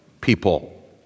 people